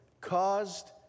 caused